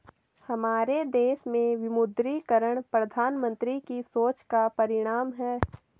हमारे देश में विमुद्रीकरण प्रधानमन्त्री की सोच का परिणाम है